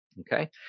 Okay